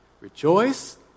Rejoice